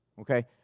Okay